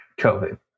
COVID